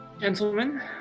Gentlemen